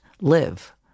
live